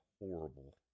horrible